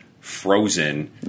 frozen